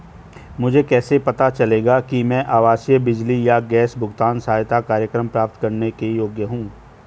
मुझे कैसे पता चलेगा कि मैं आवासीय बिजली या गैस भुगतान सहायता कार्यक्रम प्राप्त करने के योग्य हूँ?